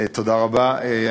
תודה רבה.